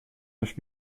neuf